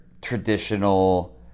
traditional